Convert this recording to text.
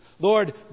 Lord